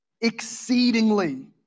exceedingly